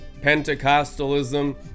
Pentecostalism